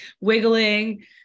wiggling